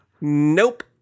Nope